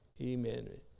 amen